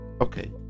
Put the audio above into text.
Okay